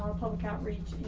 ah public outreach.